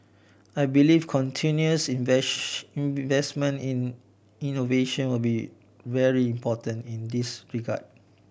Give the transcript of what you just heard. I believe continuous investment in innovation will be very important in this regard